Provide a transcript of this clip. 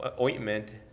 ointment